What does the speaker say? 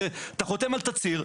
אתה חותם על תצהיר,